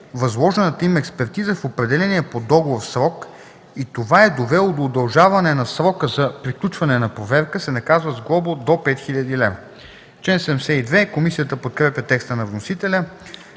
възложената им експертиза в определения по договор срок и това е довело до удължаване на срока за приключване на проверка, се наказват с глоба до 5000 лв.”